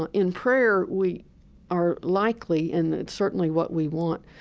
ah in prayer, we are likely, and it's certainly what we want,